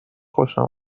خوشم